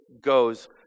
goes